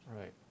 Right